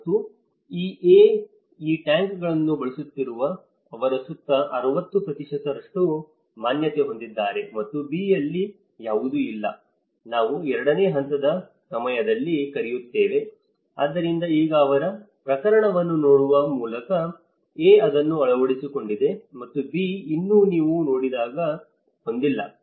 ಮತ್ತು ಈ A ಈ ಟ್ಯಾಂಕ್ಗಳನ್ನು ಬಳಸುತ್ತಿರುವ ಅವರ ಸುತ್ತ 60 ರಷ್ಟು ಮಾನ್ಯತೆ ಹೊಂದಿದ್ದಾರೆ ಮತ್ತು B ಯಲ್ಲಿ ಯಾವುದೂ ಇಲ್ಲ ನಾವು 2 ನೇ ಹಂತದ ಸಮಯದಲ್ಲಿ ಕರೆಯುತ್ತೇವೆ ಆದ್ದರಿಂದ ಈಗ ಅವರ ಪ್ರಕರಣವನ್ನು ನೋಡುವ ಮೂಲಕ A ಅದನ್ನು ಅಳವಡಿಸಿಕೊಂಡಿದೆ ಮತ್ತು B ಇನ್ನೂ ನೀವು ನೋಡಿದಾಗ ಹೊಂದಿಲ್ಲ